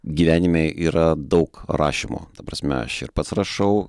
gyvenime yra daug rašymo ta prasme aš ir pats rašau